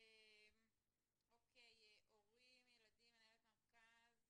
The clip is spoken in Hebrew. איריס גרנות,